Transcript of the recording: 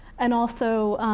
and also,